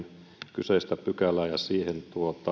kyseistä pykälää ja siihen